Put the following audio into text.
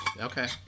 Okay